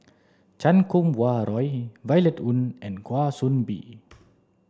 Chan Kum Wah Roy Violet Oon and Kwa Soon Bee